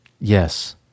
Yes